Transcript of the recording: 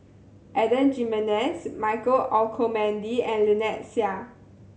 Adan Jimenez Michael Olcomendy and Lynnette Seah